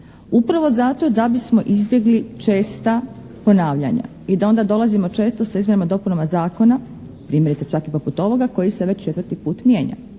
upravo zato da bismo izbjegli česta ponavljanja i da onda dolazimo često sa izmjenama i dopunama zakona primjerice čak i poput ovoga koji se već četvrti put mijenja.